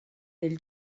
del